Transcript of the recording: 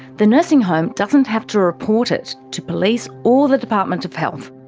the nursing home doesn't have to report it to police or the department of health.